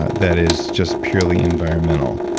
that is just purely environmental.